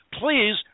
Please